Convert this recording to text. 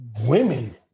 women